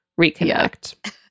reconnect